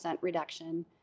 reduction